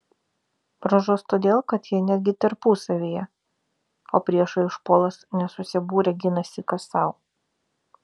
pražus todėl kad jie netgi tarpusavyje o priešui užpuolus nesusibūrę ginasi kas sau